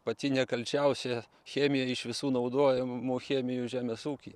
pati nekalčiausia chemija iš visų naudojamų cheminių žemės ūkyje